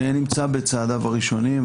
שנמצא בצעדיו הראשונים,